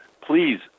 please